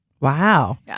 Wow